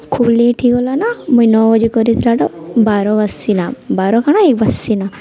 ଖୋବ୍ ଲେଟ୍ ହେଇଗଲାନା ମୁଇଁ ନଅ ବଜେ କରିଥିଲାଟା ବାର ବାଜ୍ସିନା ବାର କାଣା ଏକ୍ ବାଜ୍ସିିନା